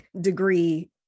degree